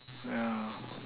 yeah